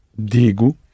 Digo